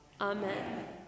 Amen